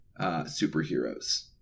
superheroes